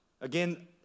again